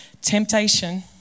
temptation